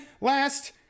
last